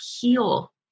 heal